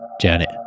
Janet